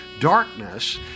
darkness